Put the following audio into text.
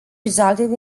resulted